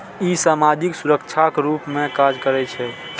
ई सामाजिक सुरक्षाक रूप मे काज करै छै